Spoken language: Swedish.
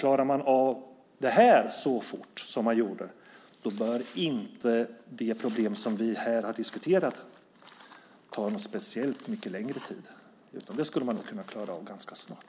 Klarar man av det här så fort som man gjorde tidigare bör inte det problem som vi här har diskuterat ta speciellt mycket längre tid, utan det skulle man nog kunna klara av ganska snart.